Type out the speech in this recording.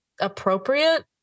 appropriate